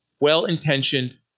well-intentioned